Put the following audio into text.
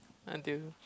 until